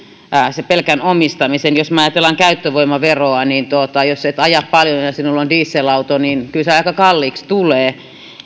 pelkän omistamisen jos me ajattelemme käyttövoimaveroa niin jos et aja paljon ja ja sinulla on dieselauto niin kyllä se aika kalliiksi tulee